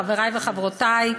חברי וחברותי,